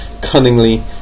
cunningly